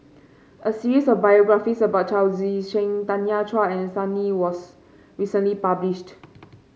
a series of biographies about Chao Tzee Cheng Tanya Chua and Sun Yee was recently published